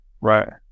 Right